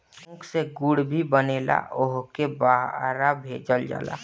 ऊख से गुड़ भी बनेला ओहुके बहरा भेजल जाला